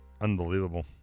Unbelievable